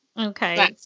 Okay